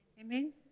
Amen